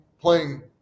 playing